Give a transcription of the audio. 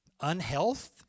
unhealth